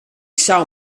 zou